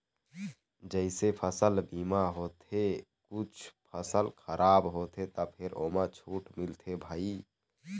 जइसे फसल बीमा होथे कुछ फसल खराब होथे त फेर ओमा छूट मिलथे भई